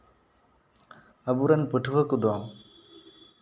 ᱟᱵᱚᱨᱮᱱ ᱯᱟᱹᱴᱷᱩᱣᱟᱹ ᱠᱚᱫᱚ